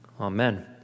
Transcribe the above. Amen